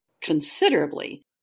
considerably